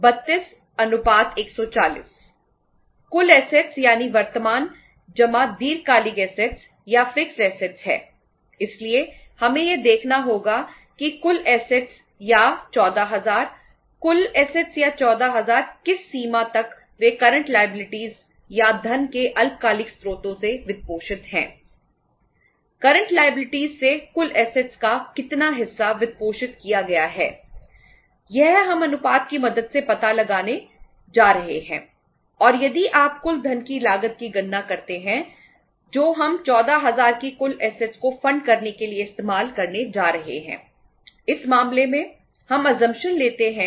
तो यह अनुपात है 32140 कुल एसेट्स या धन के अल्पकालिक स्रोतों से वित्तपोषित हैं